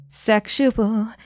Sexual